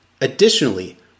Additionally